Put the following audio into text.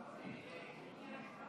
אמסלם.